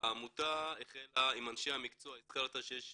העמותה החלה עם אנשי המקצוע, הזכרת שיש